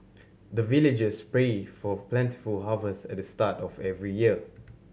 the villagers pray for plentiful harvest at the start of every year